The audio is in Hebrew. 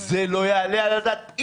זה לא יעלה על הדעת.